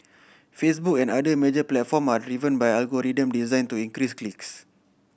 Facebook and other major platforms are driven by algorithms designed to increase clicks